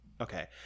Okay